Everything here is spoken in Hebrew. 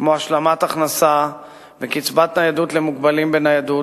כמו השלמת הכנסה וקצבת ניידות למוגבלים בניידות